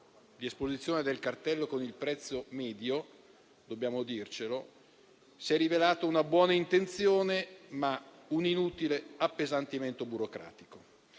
di esposizione del cartello con il prezzo medio - dobbiamo dircelo - si è rivelato una buona intenzione, ma anche un inutile appesantimento burocratico.